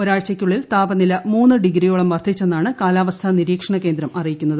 ഒരാഴ്ചയ്ക്കുള്ളിൽ താപനില മുന്ന് ഡിഗ്രിയോളം വർധിച്ചെന്നാണ് കാലാവസ്ഥാ നിരീക്ഷണകേന്ദ്രം അറിയിക്കുന്നത്